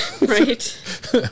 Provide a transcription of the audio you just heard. Right